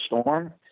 storm